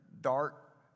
dark